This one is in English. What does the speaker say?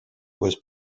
was